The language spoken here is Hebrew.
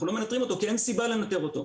אנחנו לא מנטרים אותו כי אין סיבה לנטר אותו.